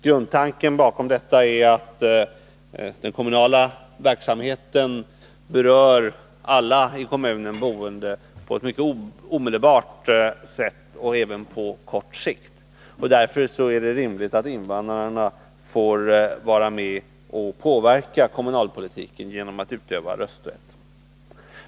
Grundtanken bakom detta är att den kommunala verksamheten berör alla i kommunen boende på ett mycket omedelbart sätt och även på kort sikt, och därför är det rimligt att invandrarna får vara med och påverka kommunalpolitiken genom att utöva rösträtt.